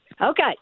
Okay